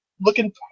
looking